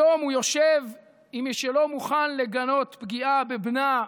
היום הוא יושב עם מי שלא מוכן לגנות פגיעה בבנה,